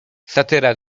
satyra